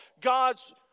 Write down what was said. God's